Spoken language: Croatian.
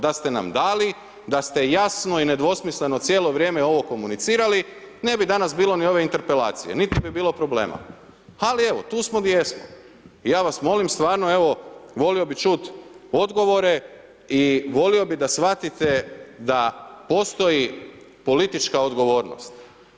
Da ste nam dali, da ste jasno i nedvosmisleno cijelo vrijeme ovo komunicirali, ne bi danas bilo ni ove interpelacije niti bi bilo problema ali evo, tu smo gdje jesmo i ja vas molim stvarno evo volio bi čut odgovore i volio bi da shvatite da postoji politička odgovornost.